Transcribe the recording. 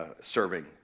serving